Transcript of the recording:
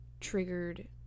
triggered